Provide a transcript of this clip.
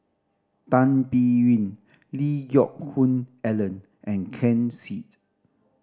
Tan Biyun Lee Hoon Ellen and Ken Seet